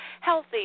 healthy